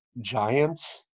giants